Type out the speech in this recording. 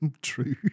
True